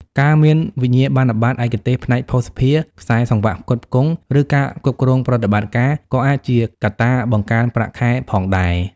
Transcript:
ការមានវិញ្ញាបនបត្រឯកទេសផ្នែកភស្តុភារ ខ្សែសង្វាក់ផ្គត់ផ្គង់ ឬការគ្រប់គ្រងប្រតិបត្តិការ ក៏អាចជាកត្តាបង្កើនប្រាក់ខែផងដែរ។